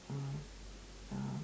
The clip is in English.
uh uh